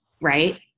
right